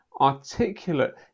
articulate